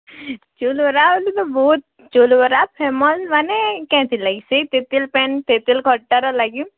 ଚଉଲ୍ ବରା ବେଲେ ତ ବହୁତ୍ ଚଉଲ୍ ବରା ଫେମସ୍ ମାନେ କେନ୍ତିର୍ ଲାଗି ସେ ତେତେଲ୍ ପାଏନ୍ ତେତେଲ୍ ଖଟାର ଲାଗି